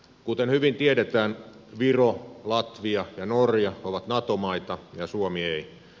kuten hyvin tiedetään viro latvia ja norja ovat nato maita ja suomi ei